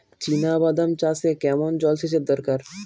চিনাবাদাম চাষে কেমন জলসেচের দরকার?